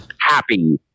happy